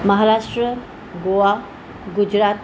Maharashtra Goa Gujarat